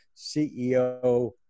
CEO